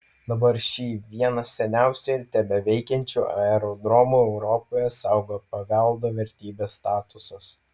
dabar šį vieną seniausių ir tebeveikiančių aerodromų europoje saugo paveldo vertybės statusas